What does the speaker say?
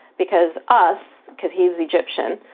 because us, cause he was egyptian,